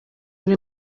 ari